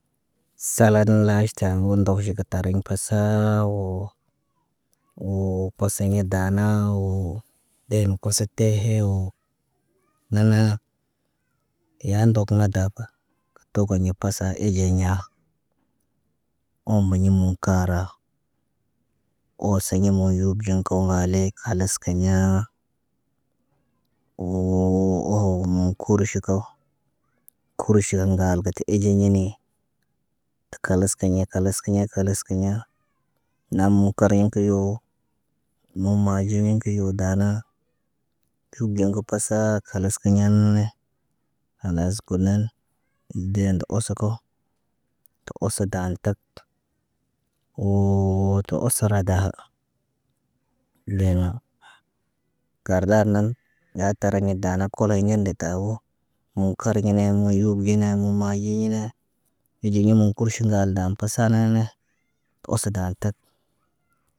Salad laaʃta wulndoko ʃigata tariɲ pasa woo. Woo poseɲe daana woo. Den kosote he woo. Naan, yaan ndok na daba, togoɲa pasa e ɟeɲa. Ombuɲi muŋg kaara oseɲe moonɟuk ɟen kaw ŋgale khalas kiɲaa. Woo oho muŋg kurʃi kaw, kurʃi ŋgal ga te eɟeyeni khalas kiɲa khalas kiɲa, khalas kiɲa naama koroɲ kuyu mum maajiniki wo dana khalas kunen deen nda osoko. Tə oso dan tak. Woo tə oso radaha. Lẽga kardan nan, ya tara ɲa daana koloɲa de taboo. Woo kariɲine muyub geɲa mumaji ne, ki ɟimu moŋg koʃo ŋgal dan pasa naane tə oso dan tak.